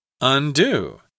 undo